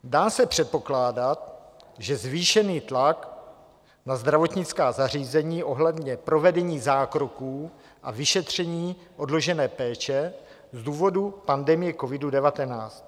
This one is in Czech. Dá se předpokládat, zvýšený tlak na zdravotnická zařízení ohledně provedení zákroků a vyšetření odložené péče z důvodu pandemie covidu19.